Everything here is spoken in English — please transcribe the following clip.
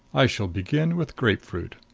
i shall begin with grapefruit.